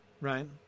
right